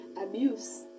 abuse